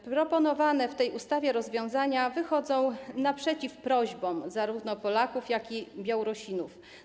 Proponowane w tej ustawie rozwiązania wychodzą naprzeciw prośbom zarówno Polaków, jak i Białorusinów.